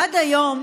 עד היום